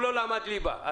אם נשכנע אותך, תצביע בעד?